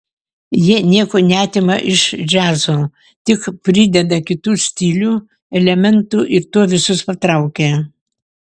jie nieko neatima iš džiazo tik prideda kitų stilių elementų ir tuo visus patraukia